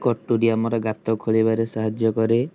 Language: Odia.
କଟୁରୀ ଆମର ଗାତ ଖୋଳିବାରେ ସାହାଯ୍ୟ କରେ